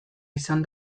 izan